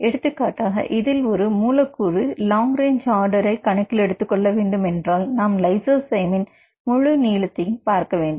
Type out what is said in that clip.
எடுத்துக்காட்டாக இதில் ஒரு குறிப்பிட்ட மூலக்கூற்று லாங் ரேஞ்சு ஆர்டரை கணக்கிலெடுத்துக் கொள்ள வேண்டுமென்றால் நாம் லைசோசைம் இன் முழு நீளத்தையும் பார்க்க வேண்டும்